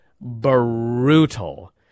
brutal